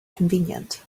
convenient